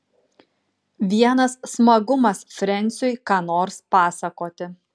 vienas smagumas frensiui ką nors pasakoti